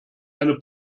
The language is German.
eine